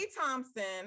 thompson